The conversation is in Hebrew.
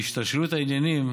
והשתלשלות העניינים,